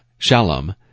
Shalom